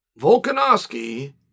Volkanovsky